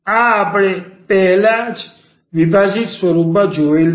આ આપણે પહેલા જ વિભાજીત સ્વરૂપમાં જોયેલ છે